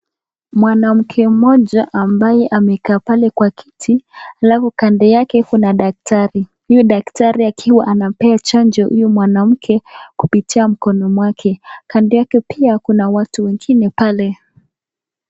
Mwanamke mmoja ambaye ameketi pale kwa kiti halafu Kando yake kuna daktari ,huyu daktari akiwa anampea chanjo huyu mwanamke kupitia mkono mwake, Kando yake pia kuna watu wengine pale.